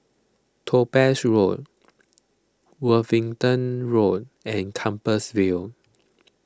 Topaz Road Worthing Road and Compassvale